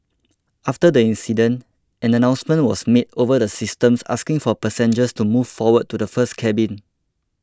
after the incident an announcement was made over the systems asking for passengers to move forward to the first cabin